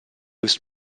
used